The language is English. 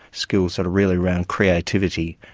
skills that are really around creativity,